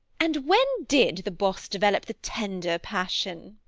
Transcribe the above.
and when did the boss develop the tender passion?